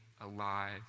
alive